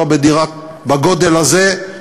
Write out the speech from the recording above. בדירה בגודל הזה,